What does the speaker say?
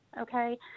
okay